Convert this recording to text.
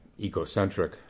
ecocentric